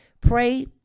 pray